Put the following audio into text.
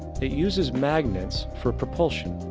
it uses magnets for propulsion.